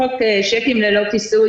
חוק צ'קים ללא כיסוי,